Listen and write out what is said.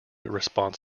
response